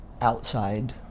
outside